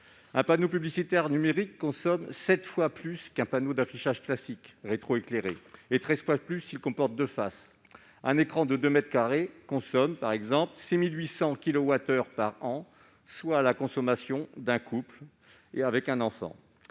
un panneau publicitaire numérique consomme sept fois plus qu'un panneau d'affichage classique rétroéclairé et treize fois plus s'il comporte deux faces. Un écran de deux mètres carrés consomme, par exemple, 6 800 kilowattheures par an, soit la consommation d'un couple avec un enfant.